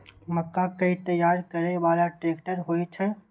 मक्का कै तैयार करै बाला ट्रेक्टर होय छै?